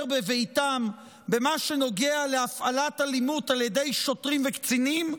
בביתם במה שנוגע להפעלת אלימות על ידי שוטרים וקצינים,